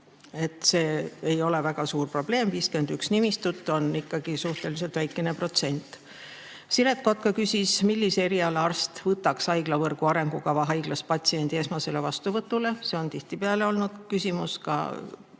see ei ole väga suur probleem, 51 nimistut on ikkagi suhteliselt väike protsent. Siret Kotka küsis, millise eriala arst võtaks haiglavõrgu arengukava haiglas patsiendi esmasele vastuvõtule. See küsimus on tihtipeale olnud ka